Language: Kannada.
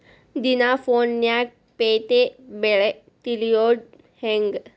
ದಿನಾ ಫೋನ್ಯಾಗ್ ಪೇಟೆ ಬೆಲೆ ತಿಳಿಯೋದ್ ಹೆಂಗ್?